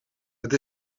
het